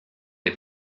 des